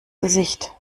gesicht